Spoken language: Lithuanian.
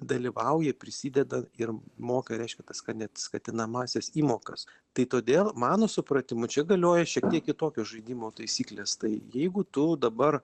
dalyvauja prisideda ir moka reiškia tas kad net skatinamąsias įmokas tai todėl mano supratimu čia galioja šiek tiek kitokios žaidimo taisyklės tai jeigu tu dabar